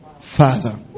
father